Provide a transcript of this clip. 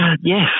Yes